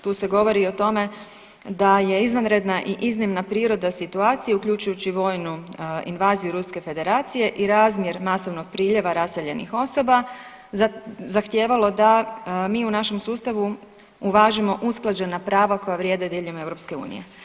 Tu se govori o tome da je izvanredna i iznimna priroda situacije uključujući i vojnu invaziju Ruske Federacije i razmjer masovnog priljeva raseljenih osoba zahtijevalo da mi u našem sustavu uvažimo usklađena prava koja vrijede diljem EU.